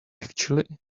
actually